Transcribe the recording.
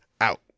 out